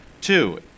Two